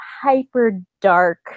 hyper-dark